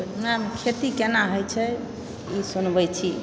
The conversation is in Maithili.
खेती केना होइत छै ई सुनबैत छी